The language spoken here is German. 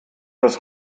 das